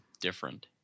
different